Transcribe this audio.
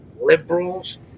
liberals